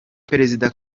perezida